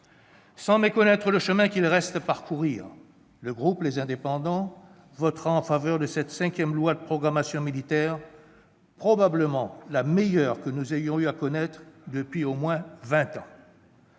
Sans méconnaître le chemin qu'il reste à parcourir, le groupe Les Indépendants votera en faveur de cette cinquième loi de programmation militaire, probablement la meilleure dont nous ayons eu à connaître depuis au moins vingt ans.